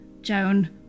Joan